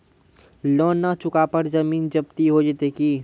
Loan न चुका पर जमीन जब्ती हो जैत की?